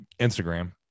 instagram